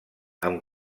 amb